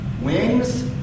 wings